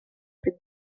più